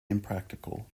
impractical